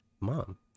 Mom